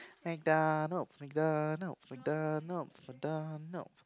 MacDonalds MacDonalds MacDonalds Mac Donalds'